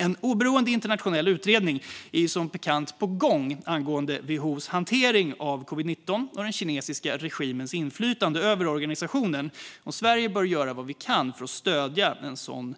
En oberoende internationell utredning är som bekant på gång angående WHO:s hantering av covid-19 och den kinesiska regimens inflytande över organisationen, och Sverige bör göra vad vi kan för att stödja en sådan